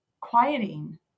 quieting